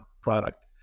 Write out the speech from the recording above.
product